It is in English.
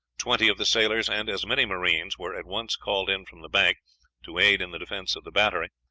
twenty of the sailors and as many marines were at once called in from the bank to aid in the defense of the battery,